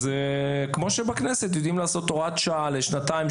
אז כמו שבכנסת יודעים לעשות הוראת שעה לשנתיים,